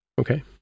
Okay